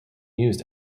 used